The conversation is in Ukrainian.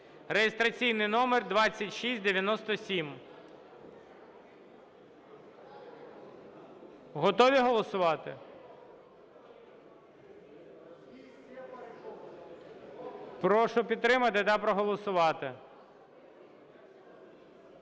(реєстраційний номер 2697). Готові голосувати? Прошу підтримати та проголосувати.